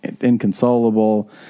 inconsolable